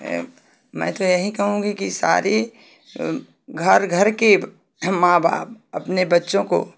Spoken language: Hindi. मैं तो यही कहूँगी कि सारी घर घर के माँ बाप अपने बच्चों को